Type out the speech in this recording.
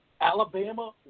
Alabama